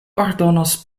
ordonos